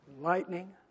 Lightning